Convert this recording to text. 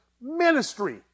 ministry